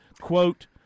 Quote